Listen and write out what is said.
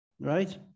right